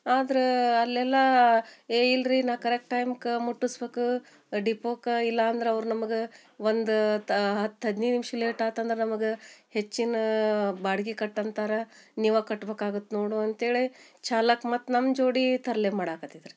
ಆದ್ರ ಅಲ್ಲೆಲ್ಲಾ ಏ ಇಲ್ರಿ ನಾ ಕರೆಕ್ಟ್ ಟೈಮ್ಕ ಮುಟ್ಟಸ್ಬೇಕು ಡಿಪೋಕ ಇಲ್ಲಾಂದ್ರ ಅವ್ರು ನಮ್ಗ ಒಂದು ತಾ ಹತ್ತು ಹದಿನೈದು ನಿಮ್ಷ ಲೇಟ್ ಆತಂದ್ರ ನಮ್ಗ ಹೆಚ್ಚಿನ ಬಾಡ್ಗಿ ಕಟ್ಟು ಅಂತಾರ ನೀವು ಕಟ್ಬೇಕು ಆಗತ್ತಾ ನೋಡು ಅಂತ್ಹೇಳಿ ಚಾಲಕ ಮತ್ತು ನಮ್ಮ ಜೋಡಿ ತರ್ಲೆ ಮಾಡಾಕತಿದ್ರು